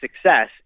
success